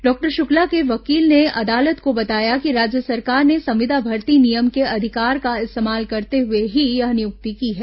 doctor Shukla के वकील ने अदालत को बताया कि राज्य सरकार ने संविदा भर्ती नियम के अधिकार का इस्तेमाल करते हुए ही यह नियुक्ति की है